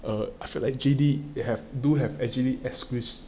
err I feel like J_D have do have actually exclusive